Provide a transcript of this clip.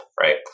right